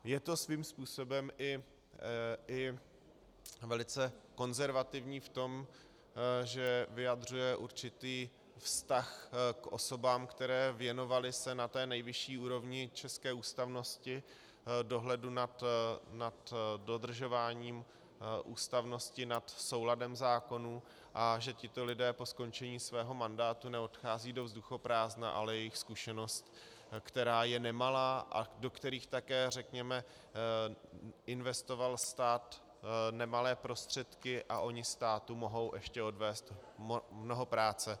Je to svým způsobem i velice konzervativní v tom, že vyjadřuje určitý vztah k osobám, které se věnovaly na té nejvyšší úrovni české ústavnosti, dohledu nad dodržováním ústavnosti, nad souladem zákonů, a že tito lidé po skončení svého mandátu neodcházejí do vzduchoprázdna, ale jejich zkušenost, která je nemalá, a do kterých také řekněme investoval stát nemalé prostředky, a oni státu mohou ještě odvést mnoho práce.